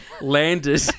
landed